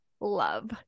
Love